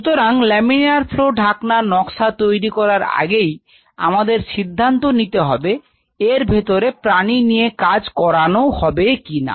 সুতরাং laminar flow ঢাকনার নকশা তৈরি করার আগেই আমাদের সিদ্ধান্ত নিতে হবে এর ভেতরে প্রাণী নিয়ে কাজ করানো হবে কিনা